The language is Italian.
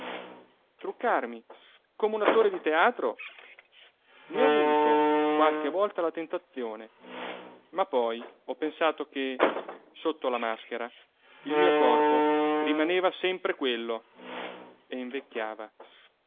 truccarmi come un attore di teatro ne ho avuto qualche volta la tentazione ma poi ho pensato che sotto la maschera il mio corpo rimaneva sempre quello e invecchiava